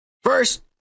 First